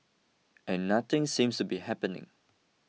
and nothing seems to be happening